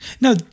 No